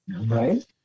Right